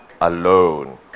alone